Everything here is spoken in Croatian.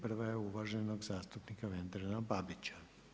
Prva je uvaženog zastupnika Vedrana Babić.